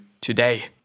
today